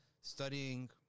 studying